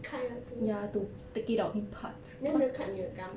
cut your teeth then 没有 cut 你的 gum